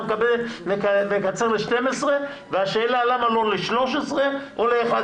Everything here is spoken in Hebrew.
אתה מקצר ל-12 והשאלה למה לא ל-13 ול-11.